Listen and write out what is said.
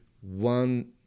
one